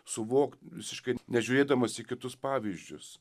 suvokt visiškai nežiūrėdamas į kitus pavyzdžius